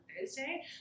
Thursday